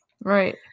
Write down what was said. Right